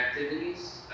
activities